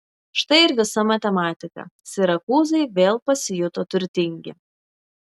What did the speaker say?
štai ir visa matematika sirakūzai vėl pasijuto turtingi